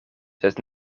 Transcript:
sed